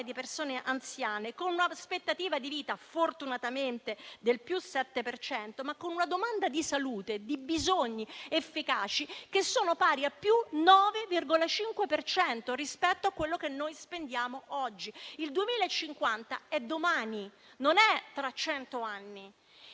persone anziane, con un'aspettativa di vita fortunatamente del più 7 per cento, ma con una domanda di salute, di bisogni pari a più 9,4 per cento rispetto a quello che noi spendiamo oggi. Il 2050 è domani e non tra cento anni.